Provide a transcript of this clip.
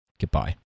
Goodbye